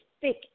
thick